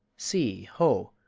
see, ho!